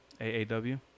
AAW